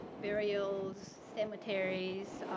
burials, cemeteries,